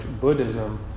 Buddhism